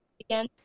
again